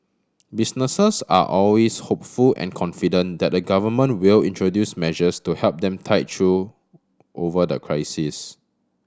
businesses are always hopeful and confident that the Government will introduce measures to help them tide through over the crisis